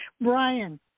Brian